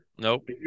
Nope